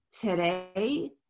today